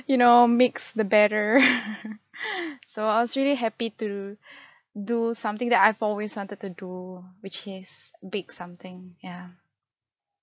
you know mix the batter so I was really happy to do something that I've always wanted to do which is bake something ya